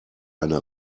eine